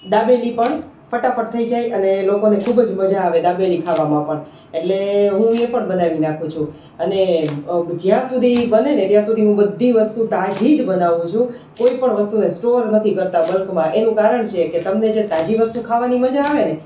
દાબેલી પણ ફટાફટ થઈ જાય અને લોકોને ખૂબ જ મજા આવે દાબેલી ખાવામાં પણ એટલે હું ય પણ બનાવી નાખુ છું અને જ્યાં સુધી બનેને ત્યાં સુધી બધી જ વસ્તુ તાજી જ બનાવું છું કોઇપણ વસ્તુને સ્ટોર નથી કરતાં બલ્કમાં એનું કારણ છે કે તમને જે તાજી વસ્તુ ખાવાની મજા આવે ને